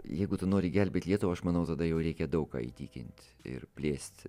jeigu tu nori gelbėt lietuvą aš manau tada jau reikia daug ką įtikint ir plėst